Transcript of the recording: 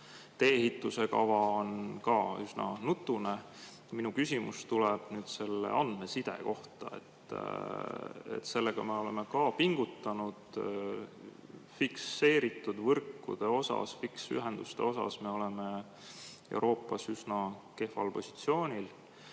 Tee-ehituse kava on ka üsna nutune. Minu küsimus tuleb andmeside kohta. Sellega me oleme ka pingutanud. Fikseeritud võrkude osas, fiksühenduste osas me oleme Euroopas üsna kehval positsioonil.